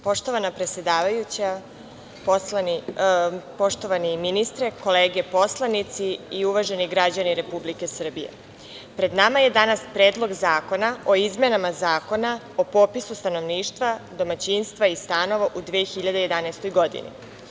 Poštovana predsedavajuća, poštovani ministre, kolege narodni poslanici, uvaženi građani Republike Srbije, pred nama je danas Predlog zakona o izmenama zakona o popisu stanovništva, domaćinstva i stanova u 2011. godini.